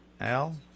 Al